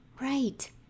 Right